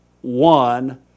one